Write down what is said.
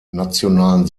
nationalen